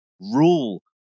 rule